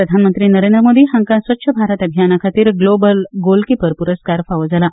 प्रधानमंत्री नरेंद्र मोदी हांका स्वच्छ भारत अभियाना खातीर ग्लोबल गोलकीपर पुरस्कार फावो जाला